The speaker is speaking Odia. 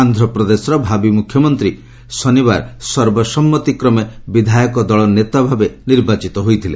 ଆନ୍ଧ୍ରପ୍ରଦେଶର ଭାବି ମ୍ରଖ୍ୟମନ୍ତ୍ରୀ ଶନିବାର ସର୍ବସମ୍ମତିକ୍ରମେ ବିଧାୟକ ଦଳ ନେତା ଭାବେ ନିର୍ବାଚିତ ହୋଇଥିଲେ